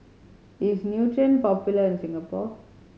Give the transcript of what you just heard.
is Nutren popular in Singapore